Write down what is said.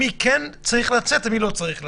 להבין לבד מי כן צריך לצאת ומי לא צריך לצאת.